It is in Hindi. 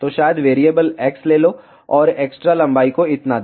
तो शायद वेरिएबल एक्स ले लो और एक्स्ट्रा लंबाई का इतना दे